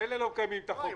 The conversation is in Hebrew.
ממילא לא מקיימים את החוק.